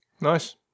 Nice